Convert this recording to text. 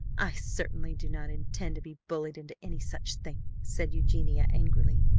i certainly do not intend to be bullied into any such thing! said eugenia angrily.